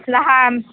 ᱞᱟᱦᱟᱜ ᱟᱢ